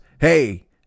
Hey